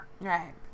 Right